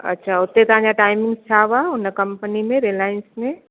अच्छा उते तव्हां जा टाइमिंग्स छा हुआ उन कम्पनी में रिलाएंस में